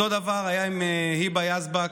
אותו דבר היה עם היבה יזבק,